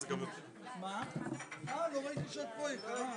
סך הכול להפעיל חדר כזה,